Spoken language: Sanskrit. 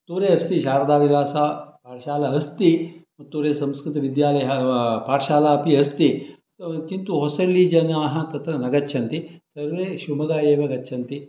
दूरे अस्ति शारदाविलास पाठशाला अस्ति चित्तूरु संस्कृतविद्यालयः वा पाठशाला अपि अस्ति किन्तु होसल्लिजनाः तत्र न गच्छन्ति सर्वे शिव्मोग्गा एव गच्छन्ति